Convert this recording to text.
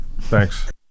Thanks